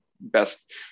best